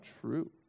true